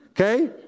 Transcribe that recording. okay